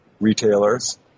retailers